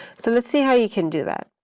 so let's see how you can do that.